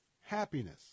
happiness